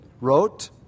wrote